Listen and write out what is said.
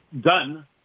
done